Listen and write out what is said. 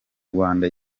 rwanda